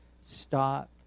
stop